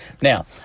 Now